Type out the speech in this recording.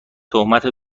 تهمت